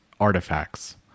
artifacts